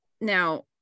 now